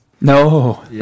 no